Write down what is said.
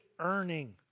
earning